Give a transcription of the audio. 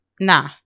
Nah